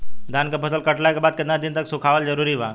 धान के फसल कटला के बाद केतना दिन तक सुखावल जरूरी बा?